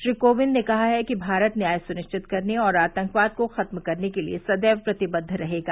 श्री कोविंद ने कहा है कि भास्त न्याय सुनिश्चित करने और आतंकवाद को खत्म करने के लिए सदैव प्रतिबद्द रहेगा